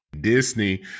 disney